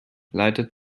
leitet